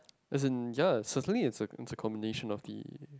as in ya Socently is the combination of the